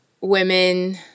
women